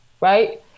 right